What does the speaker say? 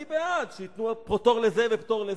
אני בעד שייתנו פטור לזה ופטור לזה,